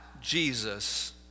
Jesus